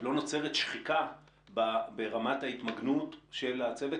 לא נוצרת שחיקה ברמת ההתמגנות של הצוות,